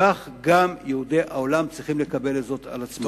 כך גם יהודי העולם צריכים לקבל זאת על עצמם.